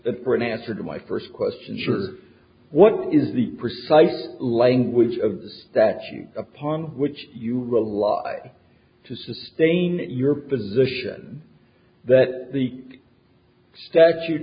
that for an answer to my first question juror what is the precise language of the statute upon which you will rely to sustain your position that the statute